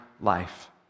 life